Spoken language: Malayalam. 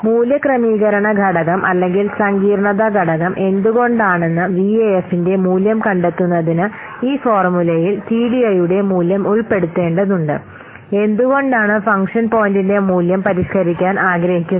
മൂല്യ ക്രമീകരണ ഘടകം അല്ലെങ്കിൽ സങ്കീർണ്ണത ഘടകം എന്തുകൊണ്ടാണെന്ന് വിഎഎഫിന്റെ മൂല്യം കണ്ടെത്തുന്നതിന് ഈ ഫോർമുലയിൽ ടിഡിഐയുടെ മൂല്യം ഉൾപ്പെടുത്തേണ്ടതുണ്ട് എന്തുകൊണ്ടാണ് ഫംഗ്ഷൻ പോയിന്റിന്റെ മൂല്യം പരിഷ്കരിക്കാൻ ആഗ്രഹിക്കുന്നത്